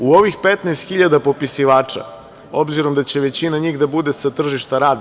U ovih 15 hiljada popisivača, obzirom da će većina njih da bude sa tržišta rada.